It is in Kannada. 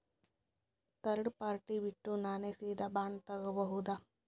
ಥರ್ಡ್ ಪಾರ್ಟಿ ಬಿಟ್ಟು ನಾನೇ ಸೀದಾ ಬಾಂಡ್ ತೋಗೊಭೌದಾ?